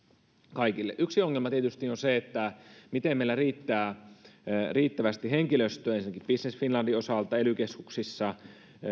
kaikille yksi ongelma tietysti on se miten meillä riittää riittävästi henkilöstöä ensinnäkin business finlandin osalta ely keskuksissa